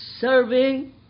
Serving